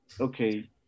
okay